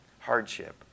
hardship